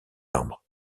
arbre